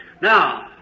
Now